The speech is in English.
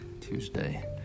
Tuesday